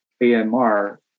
AMR